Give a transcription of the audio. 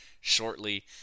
shortly